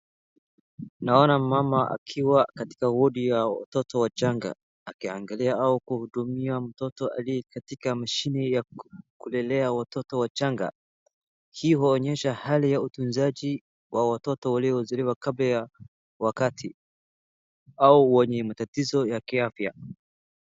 Naona mmama akiwa katika wodi ya watoto wachanga .Akiangalia au kuhudumia mtoto aliye katika mashini ya kulele watoto wachanga .Hivo onyesha hali utuzanji wa watoto uliozaliwa kabla ya wakati au wenye matatizo ya kiafya.